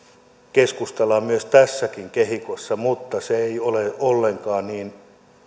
keskustellaan myös tässä kehikossa mutta se ei ole ollenkaan niin